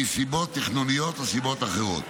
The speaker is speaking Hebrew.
מסיבות תכנוניות או סיבות אחרות.